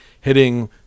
hitting